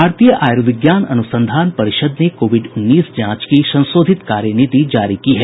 भारतीय आयुर्विज्ञान अनुसंधान परिषद ने कोविड उन्नीस जांच की संशोधित कार्यनीति जारी की है